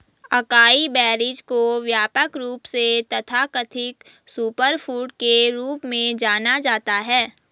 acai berries को व्यापक रूप से तथाकथित सुपरफूड के रूप में जाना जाता है